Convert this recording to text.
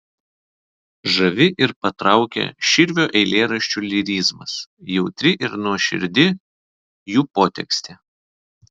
žavi ir patraukia širvio eilėraščių lyrizmas jautri ir nuoširdi jų potekstė